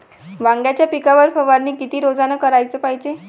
वांग्याच्या पिकावर फवारनी किती रोजानं कराच पायजे?